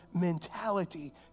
mentality